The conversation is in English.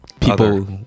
people